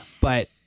but-